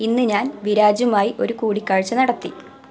ഇന്ന് ഞാൻ വിരാജുമായി ഒരു കൂടിക്കാഴ്ച നടത്തി